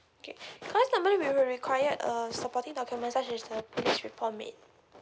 okay because normally we will required uh supporting documents such as a police report made